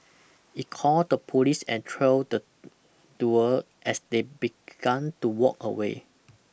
he called the police and trailed the duo as they begun to walk away